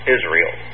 Israel